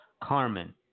Carmen